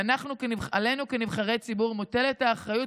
עלינו כנבחרי ציבור מוטלות האחריות